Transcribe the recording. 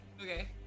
okay